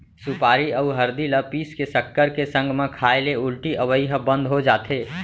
सुपारी अउ हरदी ल पीस के सक्कर के संग म खाए ले उल्टी अवई ह बंद हो जाथे